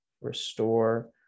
restore